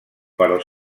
però